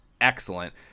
excellent